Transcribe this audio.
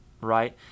right